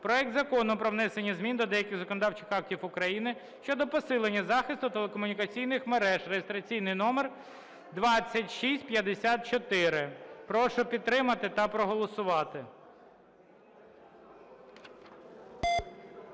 проект Закону про внесення змін до деяких законодавчих актів України (щодо посилення захисту телекомунікаційних мереж) (реєстраційний номер 2654). Прошу підтримати та проголосувати.